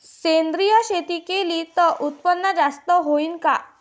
सेंद्रिय शेती केली त उत्पन्न जास्त होईन का?